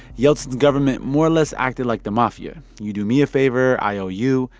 yeltsin's government more or less acted like the mafia you do me a favor, i owe you,